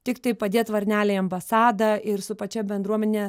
tiktai padėt varnelę į ambasadą ir su pačia bendruomene